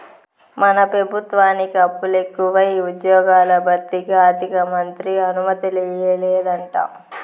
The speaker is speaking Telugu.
మన పెబుత్వానికి అప్పులెకువై ఉజ్జ్యోగాల భర్తీకి ఆర్థికమంత్రి అనుమతియ్యలేదంట